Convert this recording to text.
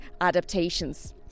adaptations